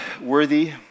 worthy